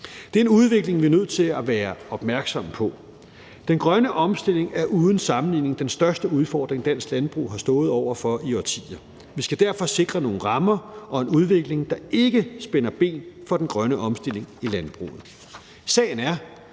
Det er en udvikling, vi er nødt til at være opmærksomme på. Den grønne omstilling er uden sammenligning den største udfordring, dansk landbrug har stået over for i årtier. Vi skal derfor sikre nogle rammer og en udvikling, der ikke spænder ben for den grønne omstilling i landbruget. Sagen er,